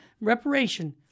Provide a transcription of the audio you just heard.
Reparation